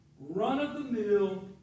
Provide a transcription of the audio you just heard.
run-of-the-mill